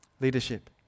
Leadership